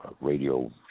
radio